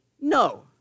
No